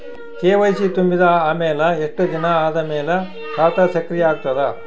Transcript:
KYC ತುಂಬಿದ ಅಮೆಲ ಎಷ್ಟ ದಿನ ಆದ ಮೇಲ ಖಾತಾ ಸಕ್ರಿಯ ಅಗತದ?